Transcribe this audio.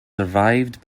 survived